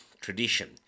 tradition